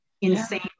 insane